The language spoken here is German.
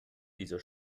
dieser